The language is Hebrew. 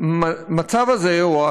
והמצב הזה, או,